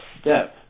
step